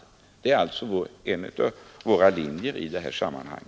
Det är två av våra linjer i detta sammanhang.